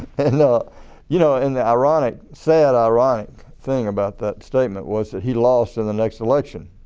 and you know and the ironic sad ironic thing about that statement was that he lost in the next election.